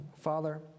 Father